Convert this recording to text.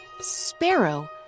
sparrow